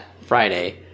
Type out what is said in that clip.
Friday